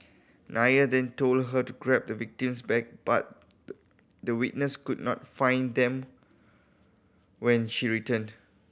Nair then told her to grab the victim's bag but the the witness could not find them when she returned